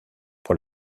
pour